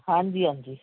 ਹਾਂਜੀ ਹਾਂਜੀ